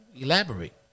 Elaborate